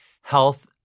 health